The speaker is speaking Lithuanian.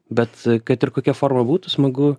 bet kad ir kokia forma būtų smagu